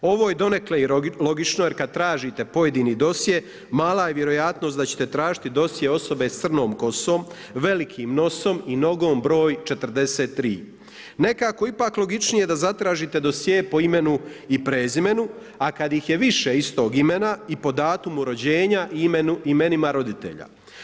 Ovo je donekle i logično jer kada tražite pojedini dosje mala je vjerojatnost da ćete tražiti dosje osobe sa crnom kosom, velikim nosom i nogom broj 43, nekako ipak logičnije da zatražite dosjee po imenu i prezimenu a kada ih je više istog imena i po datumu rođenja i imenima roditelja.